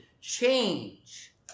change